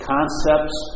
Concepts